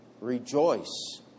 Rejoice